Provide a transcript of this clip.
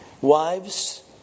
Wives